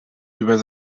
über